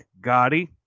Gotti